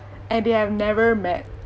and they have never met